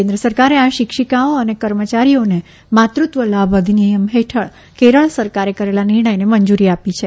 કેન્દ્ર સરકારે આ શિક્ષિકાઓ અને કર્મચારીઓને માતૃત્વ લાભ અધિનિયમ હેઠળ કેરળ સરકારે કરેલા નિર્ણયને મંજુરી આપી છે